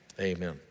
amen